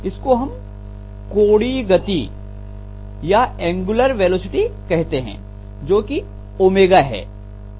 इसको हम कोणीय गति कहते हैं जोकि ओमेगा है